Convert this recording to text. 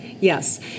yes